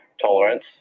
tolerance